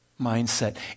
mindset